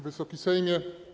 Wysoki Sejmie!